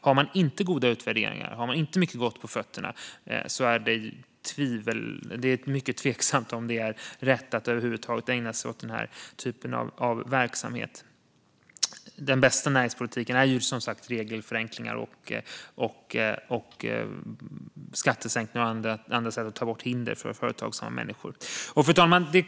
Har staten inte det är det tveksamt om det är rätt att över huvud taget ägna sig åt sådan verksamhet. Den bästa näringspolitiken är som sagt regelförenklingar, skattesänkningar och annat som tar bort hinder för företagsamma människor. Fru talman!